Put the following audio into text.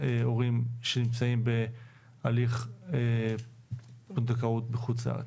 הורים שנמצאים בהליך פונדקאות בחוץ לארץ.